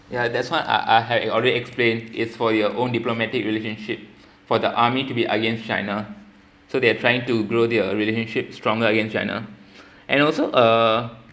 yeah that's what I I had already explain it's for your own diplomatic relationship for the army to be against china so they are trying to grow their relationship stronger against china and also uh